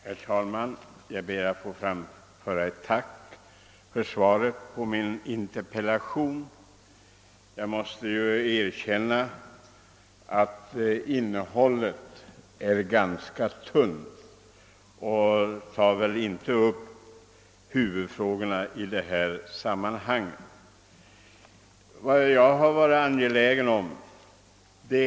Herr talman! Jag ber att få tacka statsrådet för svaret på min interpellation. Samtidigt måste jag dock säga att innehållet är ganska tunt. Svaret tar inte upp huvudfrågorna i interpellationen.